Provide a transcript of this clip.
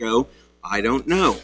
go i don't know